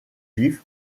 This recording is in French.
vif